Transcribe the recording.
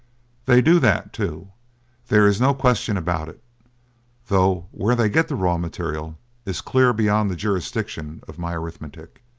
they do that, too there is no question about it though where they get the raw material is clear beyond the jurisdiction of my arithmetic